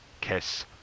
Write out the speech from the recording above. kiss